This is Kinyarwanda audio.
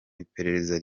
iperereza